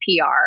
PR